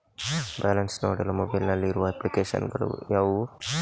Balance ನೋಡಲು mobile ನಲ್ಲಿ ಇರುವ ಅಪ್ಲಿಕೇಶನ್ ಗಳು ಯಾವುವು?